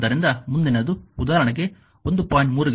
ಆದ್ದರಿಂದ ಮುಂದಿನದು ಉದಾಹರಣೆಗೆ 1